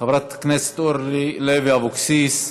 חברת הכנסת אורלי לוי אבקסיס,